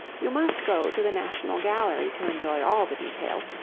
you must go to the national gallery to enjoy all the details,